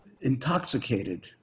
intoxicated